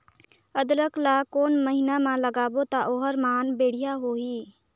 अदरक ला कोन महीना मा लगाबो ता ओहार मान बेडिया होही?